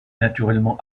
naturellement